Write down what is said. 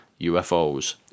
UFOs